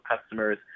customers